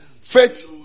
faith